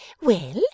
Well